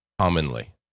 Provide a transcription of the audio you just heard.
commonly